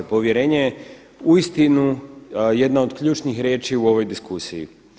Povjerenje je uistinu jedna od ključnih riječi u ovoj diskusiji.